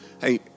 Hey